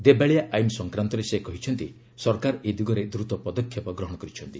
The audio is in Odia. ଦେବାଳିଆ ଆଇନ୍ ସଂକ୍ରାନ୍ତରେ ସେ କହିଛନ୍ତି ସରକାର ଏ ଦିଗରେ ଦ୍ରତ ପଦକ୍ଷେପ ଗ୍ରହଣ କରିଛନ୍ତି